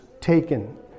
taken